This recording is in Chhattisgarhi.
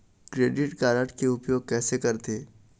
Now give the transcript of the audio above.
क्रेडिट कारड के उपयोग कैसे करथे?